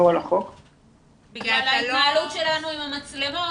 בגלל ההתנהלות שלנו עם המצלמות.